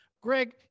Greg